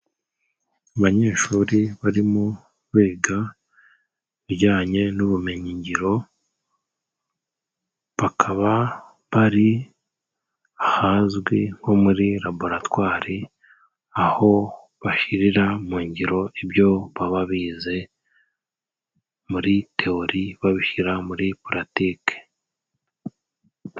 Abanyeshuri barimo biga ibijyanye n'ubumenyingiro bakaba bari ahazwi nko muri laboratwari aho bashirira mu ngiro ibyo baba bize muri tewori babishyira muri pulatike.